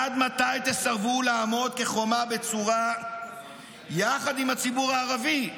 עד מתי תסרבו לעמוד כחומה בצורה יחד עם הציבור הערבי,